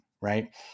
right